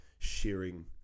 sharing